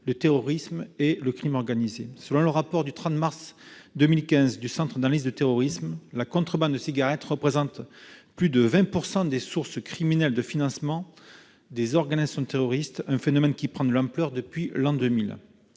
le terrorisme et le crime organisé. Selon le rapport du 30 mars 2015 du Centre d'analyse du terrorisme, « la contrebande et le trafic de cigarettes représentent plus de 20 % des sources criminelles de financement des organisations terroristes », un phénomène qui prend de l'ampleur depuis l'an 2000.